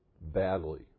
badly